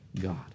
God